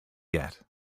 yet